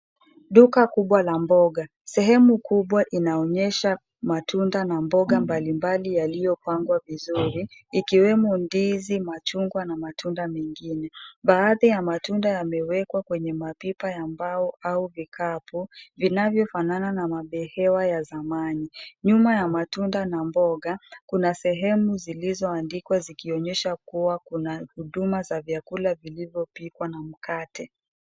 Duka kubwa la mboga. Sehemu kubwa inaonyesha matunda na mboga mbalimbali yaliyopangwa vizuri ikiwemo ndizi, machungwa na matunda mengine. Baadhi ya matunda yamewekwa kwenye mapipa ya mbao au vikapu vinavyofanana na mabehewa ya zamani. Nyuma ya matunda na mboga kuna sehemu zilizoandikwa zikionyesha kuwa kuna huduma za vyakula vilivyopikwa na mkate.